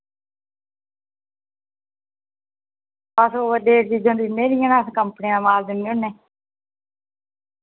अस over date चीजां दिन्ने नि हैन अस कम्पनी दा माल दिन्ने होन्ने